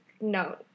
no